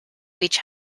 each